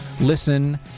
listen